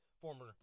former